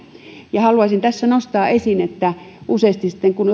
haluaisin tässä nostaa esiin että useasti sitten kun